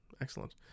Excellent